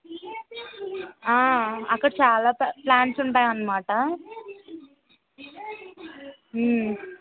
ఆ అక్కడ చాలా ప్లాంట్స్ ఉంటాయనమాట